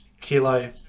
kilo